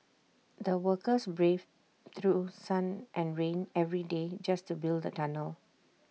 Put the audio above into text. the workers braved through sun and rain every day just to build the tunnel